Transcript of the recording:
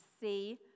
see